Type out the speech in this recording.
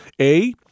A-